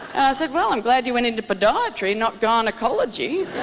i said well i'm glad you went into podiatry not gone ecology